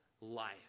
life